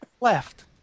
left